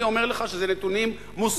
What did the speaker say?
אני אומר לך שזה נתונים מוסמכים: